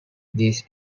these